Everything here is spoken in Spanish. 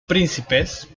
príncipes